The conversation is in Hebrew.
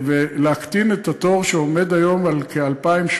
ולהקטין את התור, שעומד היום על כ-2,350.